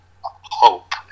hope